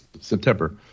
September